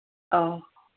ꯑꯧ